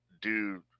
dude